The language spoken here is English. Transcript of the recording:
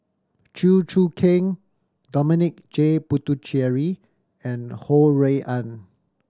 Chew Choo Keng Dominic J Puthucheary and Ho Rui An